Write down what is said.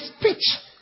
speech